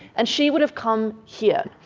and she would have come here.